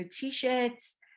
t-shirts